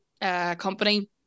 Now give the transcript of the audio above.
company